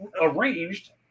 arranged